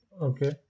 Okay